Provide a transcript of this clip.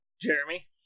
Jeremy